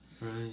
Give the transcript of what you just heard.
Right